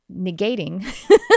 negating